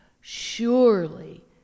surely